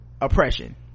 oppression